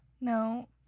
No